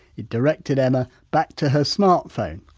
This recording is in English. it directed emma, back to her smartphone.